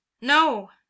No